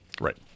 Right